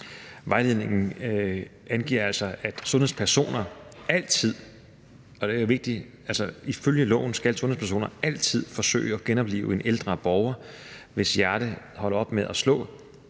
Vejledningen angiver altså, at sundhedspersoner ifølge loven altid skal forsøge at genoplive en ældre borger, hvis hjerte holder op med at slå,